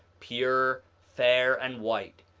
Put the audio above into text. pure, fair, and white,